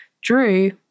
drew